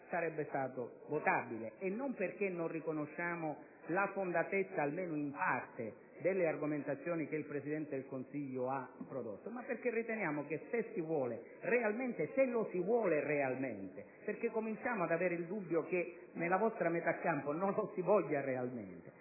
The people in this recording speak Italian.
sarebbe stato votabile, e non perché non riconosciamo la fondatezza almeno in parte dalle argomentazioni che il Presidente del Consiglio ha prodotto, ma perché riteniamo che se lo si vuole realmente - cominciamo ad avere il dubbio che nella vostra metà campo non lo si voglia realmente